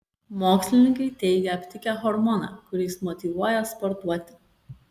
mokslininkai teigia aptikę hormoną kuris motyvuoja sportuoti